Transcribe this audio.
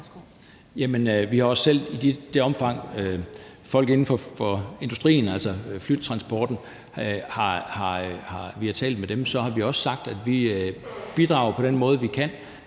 sagt, at vi bidrager på den måde, vi kan,